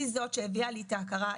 היא זאת שהביאה לי את ההכרה,